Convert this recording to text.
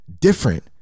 different